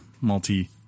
multi